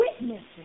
witnesses